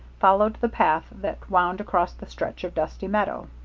followed the path that wound across the stretch of dusty meadow.